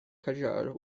qajar